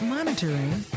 Monitoring